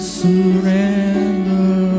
surrender